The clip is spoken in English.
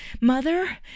Mother